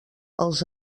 els